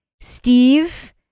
Steve